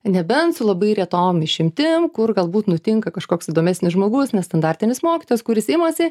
nebent su labai retom išimtim kur galbūt nutinka kažkoks įdomesnis žmogus nestandartinis mokytojas kuris imasi